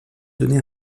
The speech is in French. donnée